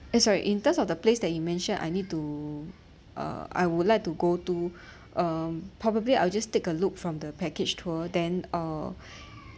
eh sorry in terms of the place that you mention I need to uh I would like to go to um probably I'll just take a look from the package tour then uh